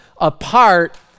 apart